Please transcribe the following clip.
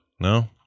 No